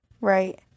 Right